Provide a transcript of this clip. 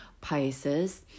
pisces